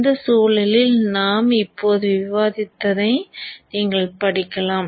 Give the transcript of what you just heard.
இந்த சூழலில் நாம் இப்போது விவாதித்ததை நீங்கள் இப்போது படிக்கலாம்